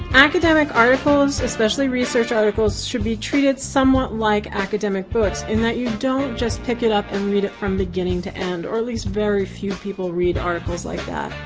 academic articles, especially research articles, should be treated somewhat like academic books in that you don't just pick it up and read it from beginning to end, or at least very few people read articles like that.